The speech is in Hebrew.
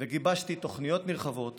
וגיבשתי תוכניות נרחבות